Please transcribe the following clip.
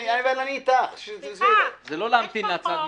זה לא להמתין להצעה הממשלתית.